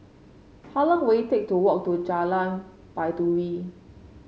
how long will it take to walk to Jalan Baiduri